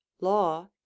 law